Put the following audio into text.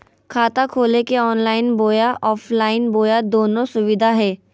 खाता खोले के ऑनलाइन बोया ऑफलाइन बोया दोनो सुविधा है?